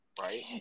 right